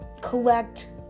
collect